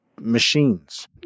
machines